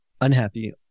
unhappy